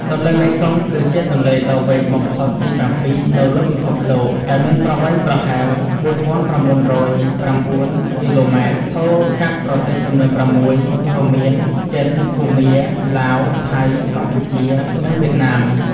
ទន្លេមេគង្គ គឺជាទន្លេដ៏វែងបំផុតទី៧ នៅលើពិភពលោក ដែលមានប្រវែងប្រហែល ៤,៩០៩ គីឡូម៉ែត្រ ហូរកាត់ប្រទេសចំនួន៦ រួមមាន ចិន ភូមា ឡាវ ថៃ កម្ពុជា និងវៀតណាម។